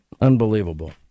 Unbelievable